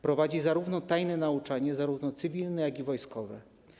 Prowadził tajne nauczanie, zarówno cywilne, jak i wojskowe.